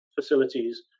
facilities